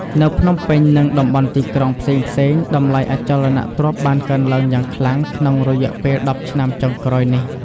នៅភ្នំពេញ និងតំបន់ទីក្រុងផ្សេងៗ តម្លៃអចលនទ្រព្យបានកើនឡើងយ៉ាងខ្លាំងក្នុងរយៈពេលដប់ឆ្នាំចុងក្រោយនេះ។